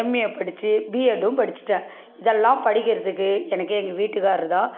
MA படித்து பீஎட்டும் படிச்சிட்டேன் இதெல்லாம் படிக்கிறதுக்கு எனக்கு எங்கள் வீட்டுக்காரரு தான்